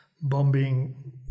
bombing